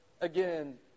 again